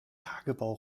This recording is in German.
tagebau